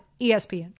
ESPN